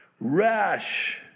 rash